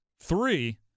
Three